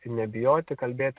ir nebijoti kalbėt